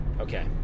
Okay